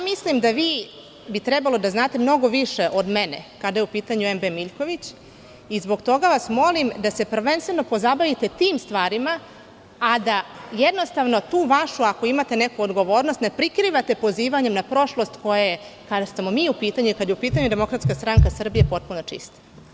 Mislim da bi trebalo da znate mnogo više od mene kada je u pitanju "MB Miljković" i zbog toga vas molim da se prvenstveno pozabavite tim stvarima, a da jednostavno tu vašu, ako imate neku odgovornost, ne prikrivate pozivanjem na prošlost koja je, kada smo mi u pitanju i kada je u pitanju DSS, potpuno čista.